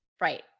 Right